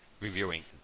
reviewing